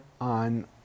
on